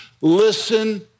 Listen